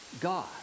God